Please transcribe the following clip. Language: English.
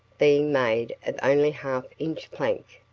being made of only half-inch plank.